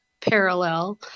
parallel